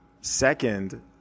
Second